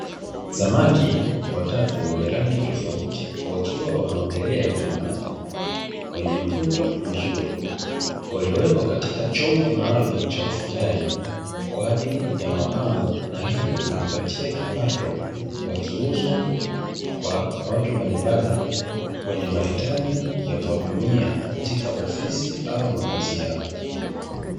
Samaki watatu wenye rangi tofauti wakiwa wanaogelea kwenye maji, wenye mvuto mzuri, waliowekwa katika chombo maalumu cha ufugaji kwa ajili ya mapambo na hivyo kujipatia kipato wakiuzwa kwa watu mbalimbali wenye mahitaji ya kuwatumia katika ofisi au makazi yao.